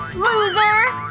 loser!